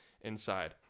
inside